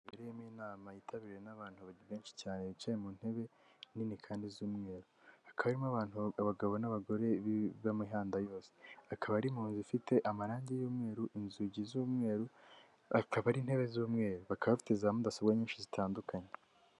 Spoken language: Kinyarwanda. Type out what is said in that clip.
Inzu yabereyemo inama yitabiriwe n'abantu benshi cyane bicaye mu ntebe nini kandi z'umweru, hakaba harimo abantu, abagabo n'abagore b'imihanda yose, hakaba ari mu nzu ifite amarange y'umweru, inzugi z'umweru, hakaba hari intebe z'umweru, bakaba bafite za mudasobwa nyinshi zitandukanye.